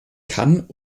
kann